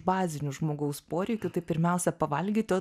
bazinių žmogaus poreikių tai pirmiausia pavalgyti o